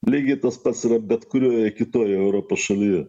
lygiai tas pats yra bet kurioje kitoj europos šalyje